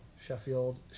Sheffield